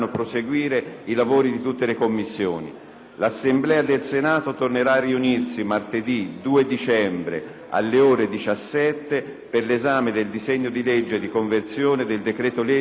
L'Assemblea del Senato tornerà a riunirsi martedì 2 dicembre, alle ore 17, per l'esame del disegno di legge di conversione del decreto-legge sulla crisi dei mercati finanziari.